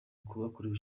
bakorewe